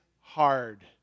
hard